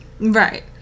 Right